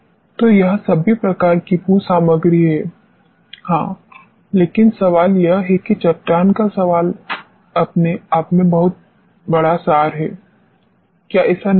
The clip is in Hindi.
तो यह सभी प्रकार की भू सामग्री है हां लेकिन सवाल यह है कि चट्टान का सवाल अपने आप में ही बहुत सार शब्द है क्या ऐसा नहीं है